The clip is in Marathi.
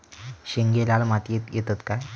शेंगे लाल मातीयेत येतत काय?